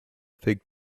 fig